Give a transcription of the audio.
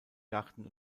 garten